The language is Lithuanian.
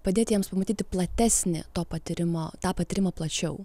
padėti jiems pamatyti platesnį to patyrimo tą patyrimą plačiau